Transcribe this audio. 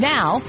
Now